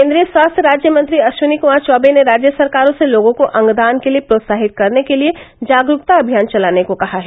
केन्द्रीय स्वास्थ्य राज्यमंत्री अश्विनी क्मार चौबे ने राज्य सरकारों से लोगों को अंगदान के लिए प्रोत्साहित करने के लिए जागरूकता अभियान चलाने को कहा है